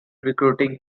recruiting